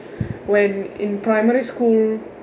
when in primary school